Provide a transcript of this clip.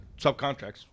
subcontracts